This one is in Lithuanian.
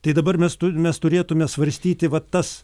tai dabar mes turime mes turėtumėme svarstyti va tas